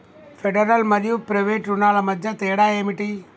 Federal మరియు private రుణాల మధ్య తేడా ఏమిటి?